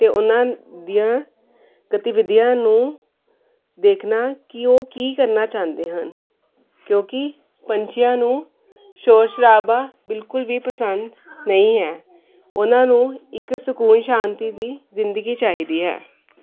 ਅਤੇ ਉਹਨਾਂ ਦੀਆਂ ਗਤੀਵਿਧੀਆਂ ਨੂੰ ਦੇਖਣਾ ਕਿ ਉਹ ਕੀ ਕਰਨਾ ਚਾਹੁੰਦੇ ਹਨ ਕਿਉਂਕਿ ਪੰਛੀਆਂ ਨੂੰ ਸ਼ੋਰ ਸ਼ਰਾਬਾ ਬਿਲਕੁਲ ਵੀ ਪਸੰਦ ਨਹੀਂ ਹੈ ਉਹਨਾਂ ਨੂੰ ਇੱਕ ਸਕੂਨ ਸ਼ਾਂਤੀ ਦੀ ਜ਼ਿੰਦਗੀ ਚਾਹੀਦੀ ਹੈ